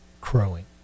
crowing